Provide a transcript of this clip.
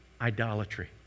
idolatry